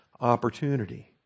opportunity